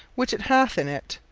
which it hath in it,